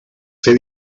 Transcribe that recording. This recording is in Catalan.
fer